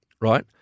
right